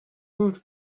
would